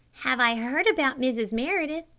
have i heard about mrs. meredith?